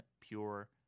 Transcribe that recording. pure